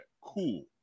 Cool